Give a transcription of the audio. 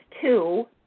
two